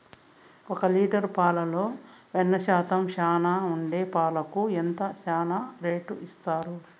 ఒక లీటర్ పాలలో వెన్న శాతం చానా ఉండే పాలకు ఎంత చానా రేటు ఇస్తారు?